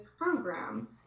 program